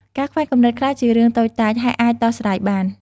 ការខ្វែងគំនិតខ្លះជារឿងតូចតាច ហើយអាចដោះស្រាយបាន។